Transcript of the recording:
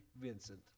Vincent